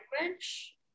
language